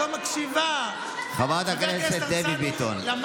חברת הכנסת דבי ביטון,